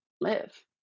live